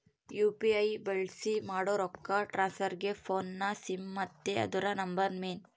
UPI ಬಳ್ಸಿ ಮಾಡೋ ರೊಕ್ಕ ಟ್ರಾನ್ಸ್ಫರ್ಗೆ ಫೋನ್ನ ಸಿಮ್ ಮತ್ತೆ ಅದುರ ನಂಬರ್ ಮೇನ್